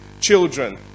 children